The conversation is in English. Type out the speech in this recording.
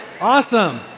Awesome